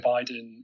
Biden